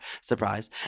Surprise